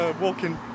Walking